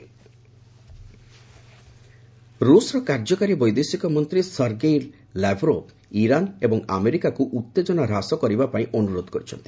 Iran Russia ରୁଷର କାର୍ଯ୍ୟକାରୀ ବୈଦେଶିକ ମନ୍ତ୍ରୀ ସର୍ଗେଇ ଲାଭରୋଭ ଇରାନ୍ ଏବଂ ଆମେରିକାକୁ ଉତ୍ତେଜନା ହ୍ରାସ କରିବା ପାଇଁ ଅନୁରୋଧ କରିଛନ୍ତି